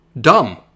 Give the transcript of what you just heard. Dumb